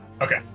Okay